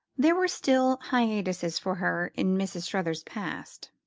there were still hiatuses for her in mrs. struthers's past.